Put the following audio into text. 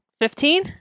fifteen